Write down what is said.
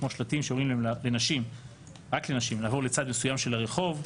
כמו שלטים שאומרים רק לנשים לעבור לצד מסוים של הרחוב,